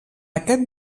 aquest